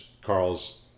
Carl's